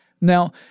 Now